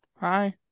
Hi